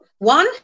One